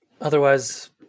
otherwise